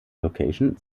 location